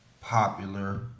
popular